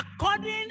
according